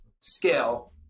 scale